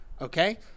Okay